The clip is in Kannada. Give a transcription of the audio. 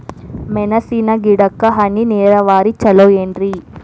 ಮೆಣಸಿನ ಗಿಡಕ್ಕ ಹನಿ ನೇರಾವರಿ ಛಲೋ ಏನ್ರಿ?